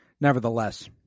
nevertheless